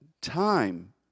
time